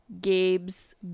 Gabe's